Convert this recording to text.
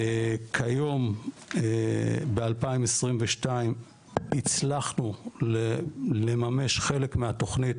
כיום ב-2022 הצלחנו לממש חלק מהתוכנית